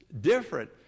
different